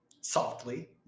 Softly